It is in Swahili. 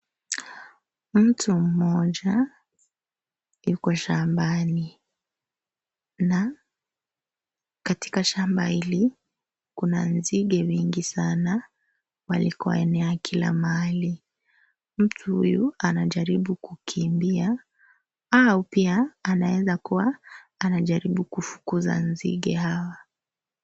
Mtu mmoja yuko shambani na katika shamba hili kuna nzige wengi sana walikoenea kila mahali. Mtu huyu anajaribu kukimbia au pia anaweza kuwa anajaribu kufukuza nzige hawa.